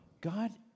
God